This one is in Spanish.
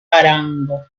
arango